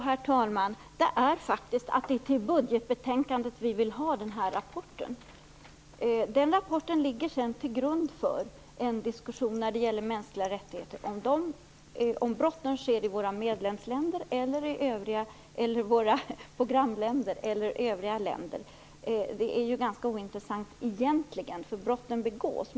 Herr talman! Vi har faktiskt sagt att vi vill ha den här rapporten i samband med budgetbetänkandet. Den rapporten ligger sedan till grund för en diskussion när det gäller mänskliga rättigheter. Om brotten sker i våra programländer eller i övriga länder är egentligen ganska ointressant - brotten begås.